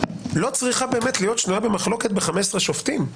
לא צריכה להיות שנויה במחלוקת ב-15 שופטים.